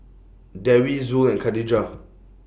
Dewi Zul and Khadija